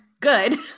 good